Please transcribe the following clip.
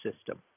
system